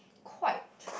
quite